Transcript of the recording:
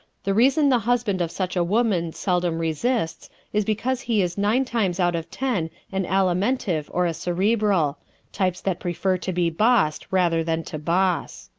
the reason the husband of such a woman seldom resists is because he is nine times out of ten an alimentive or a cerebral types that prefer to be bossed rather than to boss.